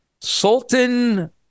Sultan